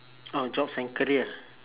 oh jobs and career